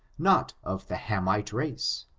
not of the hamite race.